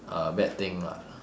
a bad thing lah